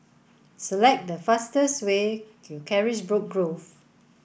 select the fastest way to Carisbrooke Grove